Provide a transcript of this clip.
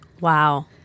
wow